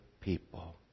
people